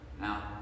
Now